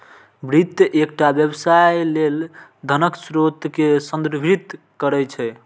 वित्त एकटा व्यवसाय लेल धनक स्रोत कें संदर्भित करै छै